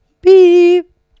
Beep